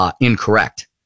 incorrect